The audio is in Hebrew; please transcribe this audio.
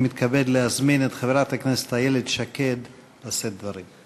אני מתכבד להזמין את חברת הכנסת איילת שקד לשאת דברים.